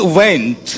went